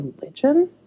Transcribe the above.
religion